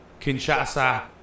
Kinshasa